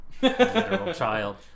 child